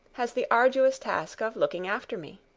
has the arduous task of looking after me.